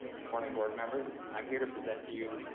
morning board members. i'm here to present to you.